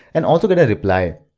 and also get a reply.